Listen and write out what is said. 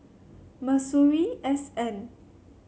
Masuri S N